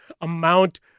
amount